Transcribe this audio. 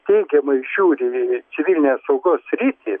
teigiamai žiūri į civilinės saugos sritį